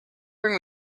bring